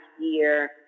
year